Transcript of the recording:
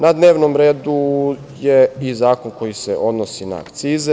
Na dnevnom redu je i zakon koji se odnosi na akcize.